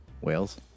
whales